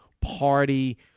party